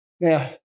Now